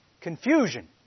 confusion